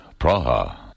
Praha